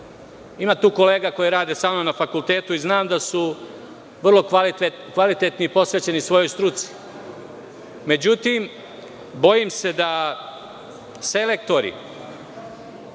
Ima tu kolega koje rade sa mnom na fakultetu i znam da su vrlo kvalitetni i posvećeni svojoj struci. Međutim, bojim se da selektori